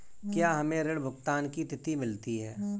क्या हमें ऋण भुगतान की तिथि मिलती है?